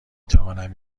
توانم